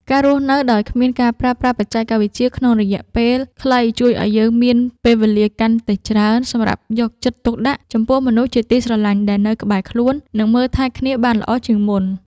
ការរស់នៅដោយគ្មានការប្រើប្រាស់បច្ចេកវិទ្យាក្នុងរយៈពេលខ្លីជួយឱ្យយើងមានពេលវេលាកាន់តែច្រើនសម្រាប់យកចិត្តទុកដាក់ចំពោះមនុស្សជាទីស្រឡាញ់ដែលនៅក្បែរខ្លួន និង មើលថែគ្នាបានល្អជាងមុន។